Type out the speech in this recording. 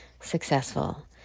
successful